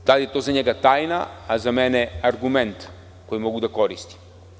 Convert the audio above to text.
Da li je to za njega tajna, a za mene argument koji mogu da koristim?